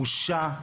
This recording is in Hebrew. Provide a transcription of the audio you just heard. בושה,